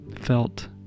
felt